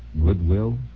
goodwill